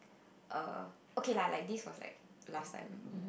err okay lah like this was like last time